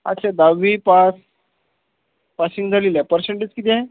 अच्छा दहावी pass passing झालेल्या परशेंटेज किती आहे